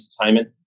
entertainment